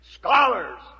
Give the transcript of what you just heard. Scholars